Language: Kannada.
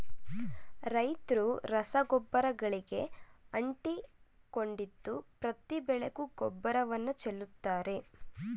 ರೈತ್ರು ರಸಗೊಬ್ಬರಗಳಿಗೆ ಅಂಟಿಕೊಂಡಿದ್ದು ಪ್ರತಿ ಬೆಳೆಗೂ ಗೊಬ್ಬರವನ್ನು ಚೆಲ್ಲುತ್ತಾರೆ